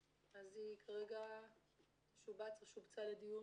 אז היא כרגע שובצה לדיון.